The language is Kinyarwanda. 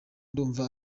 ndumva